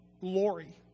glory